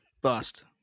Bust